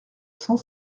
cent